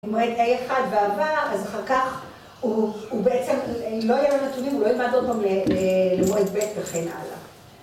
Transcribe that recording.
אם מועד A1 ועבר, אז אחר כך הוא.. הוא בעצם לא יהיה לו נתונים, הוא לא ילמד עוד פעם למועד ב׳ וכן הלאה.